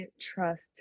trust